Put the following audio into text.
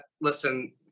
listen